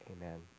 Amen